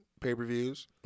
pay-per-views